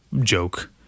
joke